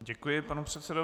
Děkuji panu předsedovi.